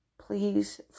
Please